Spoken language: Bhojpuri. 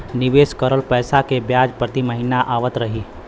निवेश करल पैसा के ब्याज प्रति महीना आवत रही?